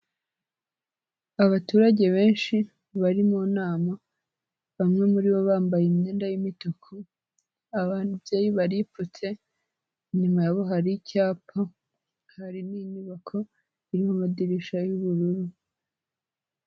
Abaturage benshi, bari mu nama, bamwe muri bo bambaye imyenda y'imituku, ababyeyi baripfutse, inyuma yabo hari icyapa, hari n'inyubako irimo amadirishya y'ubururu.